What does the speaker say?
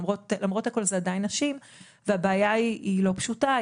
למרות הכל זה עדיין נשים והבעיה היא לא פשוטה.